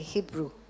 Hebrew